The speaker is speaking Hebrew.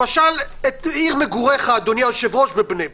למשל, בעיר מגוריך, אדוני היושב-ראש, בני ברק.